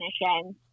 definitions